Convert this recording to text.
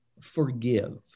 forgive